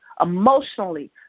emotionally